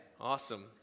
Awesome